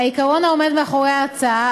העיקרון העומד מאחורי ההצעה,